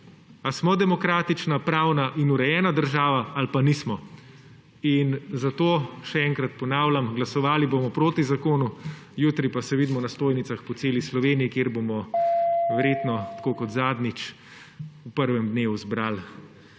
Ali smo demokratična, pravna ali urejena država; ali pa nismo. In zato še enkrat ponavljam, glasovali bomo proti zakonu. Jutri pa se vidimo na stojnicah po celi Sloveniji, kjer bomo verjetno tako kot zadnjič v prvem dnevu zbrali